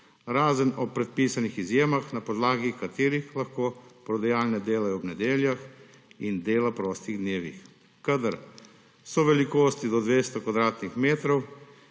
Razen ob predpisanih izjemah, na podlagi katerih lahko prodajalne delajo ob nedeljah in dela prostih dnevih, kadar so velikosti do 200 kvadratnih metrov